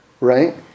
right